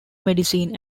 medicine